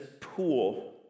pool